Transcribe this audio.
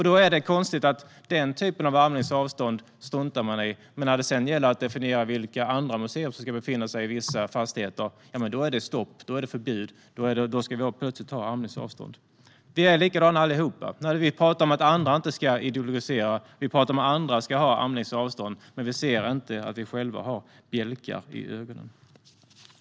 Det är konstigt att Sverigedemokraterna struntar i den typen av armlängds avstånd, men när det sedan gäller att definiera vilka andra museer som ska befinna sig i vissa fastigheter är det stopp. Då är det förbud, och då ska vi plötsligt ha armlängds avstånd. Vi är likadana allihop. Vi pratar om att andra inte ska ideologisera och att andra ska ha armlängds avstånd, men vi ser inte att vi själva har bjälkar i ögonen.